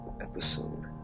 episode